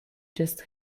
just